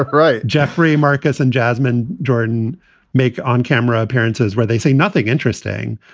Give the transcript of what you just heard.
right. jeffrey marcus and jasmine jordan make on camera appearances where they say nothing interesting.